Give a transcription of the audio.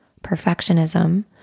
perfectionism